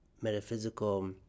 metaphysical